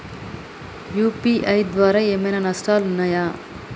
UPI ద్వారా ఏమైనా నష్టాలు ఉన్నయా?